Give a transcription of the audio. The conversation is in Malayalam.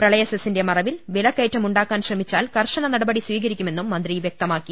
പ്രളയസെസിന്റെ മറവിൽ വിലക്കയറ്റം ഉണ്ട്ടാക്കാൻ ശ്രമിച്ചാൽ കർശന നടപടി സ്വീകരിക്കുമെന്നും മന്ത്രി വ്യക്തമാക്കി